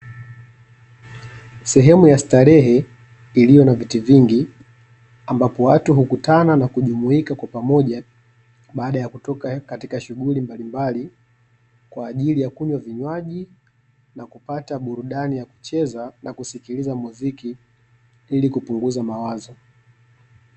Sehemu ya starehe iliyo na viti vingi ambapo watu hukutana na kujumiuka kwa pamoja, baada ya kutoka katika shughuli mbalimbali kwaajili ya kunywa vinywaji, na kupata burudani ya kucheza na kusikiliza muziki ili kupunguza mawazo.